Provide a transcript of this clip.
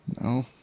No